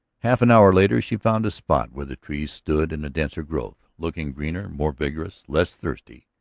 half an hour later she found a spot where the trees stood in a denser growth, looking greener, more vigorous. less thirsty.